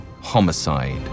homicide